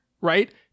right